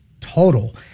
total